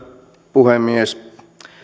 puhemies